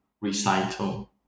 recital